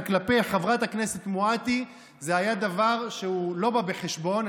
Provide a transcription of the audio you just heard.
כלפי חברת הכנסת מואטי אלה דברים שלא באים בחשבון.